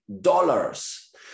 dollars